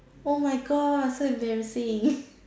oh my god so embarrassing